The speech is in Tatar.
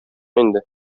инде